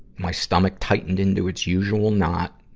my stomach tightened into its usual knot.